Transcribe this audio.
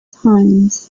times